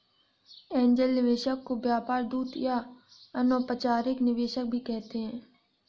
angel निवेशक को व्यापार दूत या अनौपचारिक निवेशक भी कहते हैं